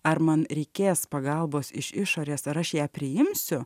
ar man reikės pagalbos iš išorės ar aš ją priimsiu